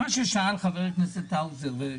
הרי